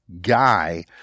guy